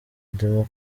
ndimo